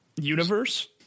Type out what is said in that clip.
universe